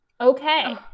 Okay